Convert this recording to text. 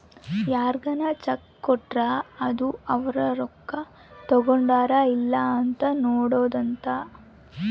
ಯಾರ್ಗನ ಚೆಕ್ ಕೊಟ್ರ ಅದು ಅವ್ರ ರೊಕ್ಕ ತಗೊಂಡರ್ ಇಲ್ಲ ಅಂತ ನೋಡೋದ ಅಂತ